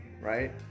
right